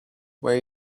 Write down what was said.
where